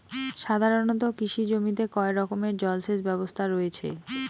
সাধারণত কৃষি জমিতে কয় রকমের জল সেচ ব্যবস্থা রয়েছে?